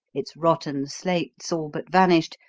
its rotten slates all but vanished,